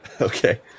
okay